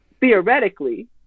theoretically